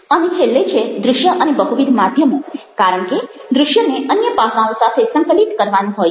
અને છેલ્લે છે દ્રશ્ય અને બહુવિધ માધ્યમો કારણ કે દ્રશ્યને અન્ય પાસાઓ સાથે સંકલિત કરવાનું હોય છે